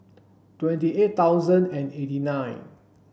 twenty eight thousand and eighty nine